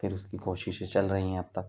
پھر اس کی کوششیں چل رہی ہیں اب تک